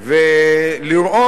ולראות